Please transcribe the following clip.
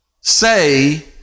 say